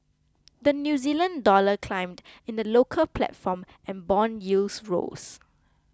the New Zealand Dollar climbed in the local platform and bond yields rose